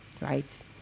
right